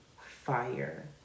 fire